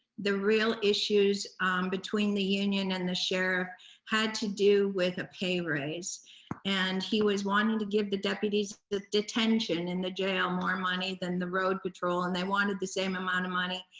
the real issues between the union and the sheriff had to do with a pay raise and he was wanting to give the deputies detention and the jail more money than the road patrol and they wanted the same amount of money.